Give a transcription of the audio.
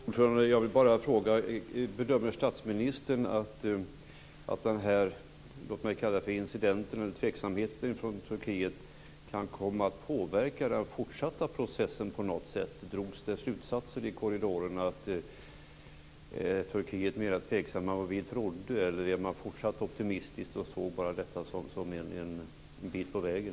Fru talman! Jag vill då bara fråga: Bedömer statsministern att den här, låt mig säga, incidenten, tveksamheten, från Turkiet kan komma att påverka den fortsatta processen på något sätt? Drogs slutsatsen i korridorerna att Turkiet är mer tveksamt än vi trodde eller är man fortsatt optimistisk och såg bara detta som en bit på vägen?